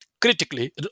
critically